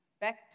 back